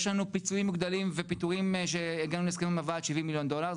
יש לנו פיצויים מוגדלים ופיטורים שהגענו להסכם עם הוועד 70 מיליון דולר,